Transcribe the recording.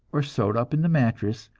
or sewed up in the mattress,